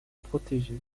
protégés